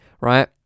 right